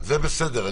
זה בסדר.